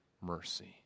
mercy